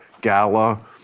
gala